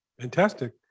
Fantastic